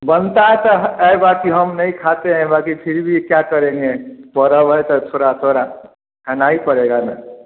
बनता तो है बाकी हम नहीं खाते हैं बाकी फिर भी क्या करेंगे पर्व है तो थोड़ा थोड़ा खाना ही पड़ेगा न